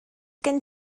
gen